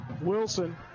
Wilson